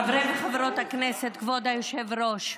חברי וחברות הכנסת, כבוד היושב-ראש,